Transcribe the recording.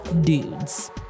dudes